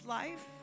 life